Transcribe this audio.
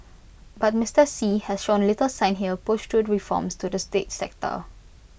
but Mister Xi has shown little sign he'll push through reforms to the state sector